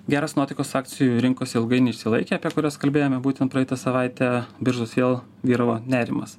geros nuotaikos akcijų rinkose ilgai neišsilaikė apie kurias kalbėjome būtent praeitą savaitę biržos vėl vyravo nerimas